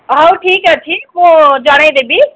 ହଉ ଠିକ୍ ଅଛି ମୁଁ ଜଣାଇଦେବି